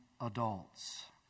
adults